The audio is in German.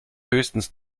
höchstens